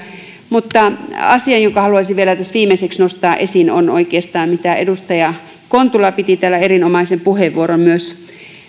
mutta asia jonka haluaisin vielä tässä viimeiseksi nostaa esiin on oikeastaan se mistä edustaja kontula piti täällä erinomaisen puheenvuoron